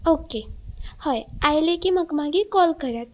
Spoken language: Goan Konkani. ओके हय आयले की म्हाका मागीर कॉल करात